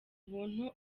ubuntu